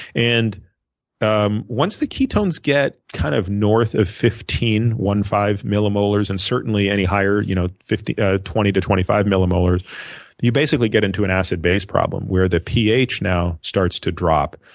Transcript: and um once the ketones get kind of north of fifteen, one five millimolars, and certainly any higher you know ah twenty to twenty five millimolars you basically get into an acid based problem where the ph now starts to drop.